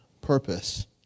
purpose